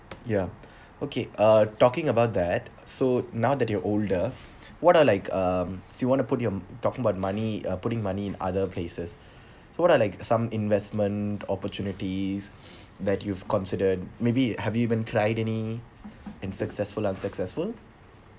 ya okay uh talking about that so now that you are older what are like um so you want to put your talking about money uh putting money in other places so what are like some investment opportunities that you've considered maybe have you even tried any and successful unsuccessful